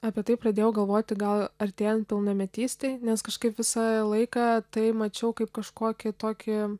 apie tai pradėjau galvoti gal artėjant pilnametystei nes kažkaip visą laiką tai mačiau kaip kažkokį tokį